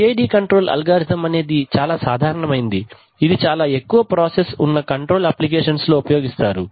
PID control algorithm అనేది చాలా సాధారణ మైనది ఇది చాలా ఎక్కువ ప్రాసెస్ ఉన్న కంట్రోల్ అప్ప్లికేషన్ లో ఉపయోగిస్తారు